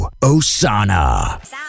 Osana